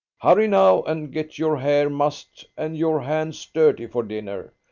hurry now, and get your hair mussed and your hands dirty for dinner.